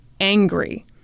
angry